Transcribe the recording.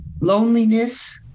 loneliness